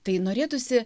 tai norėtųsi